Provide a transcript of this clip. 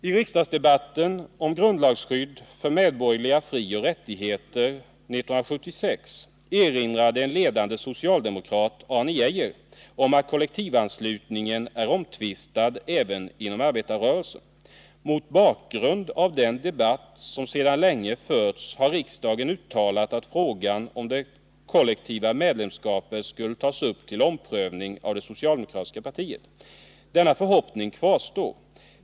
I riksdagsdebatten om grundlagsskydd för medborgerliga frioch rättighe Nr 28 ter 1976 erinrade en ledande socialdemokrat, Arne Geijer, om att kollektiv Onsdagen den anslutningen är omtvistad även inom arbetarrörelsen. Mot bakgrund av den 14 november 1979 debatt som sedan länge förts har riksdagen uttalat att frågan om det kollektiva medlemskapet skulle tas upp till omprövning av det socialdemokratiska Förbud mot kolpartiet. Denna förhoppning kvarstår.